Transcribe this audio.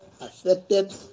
affected